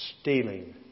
Stealing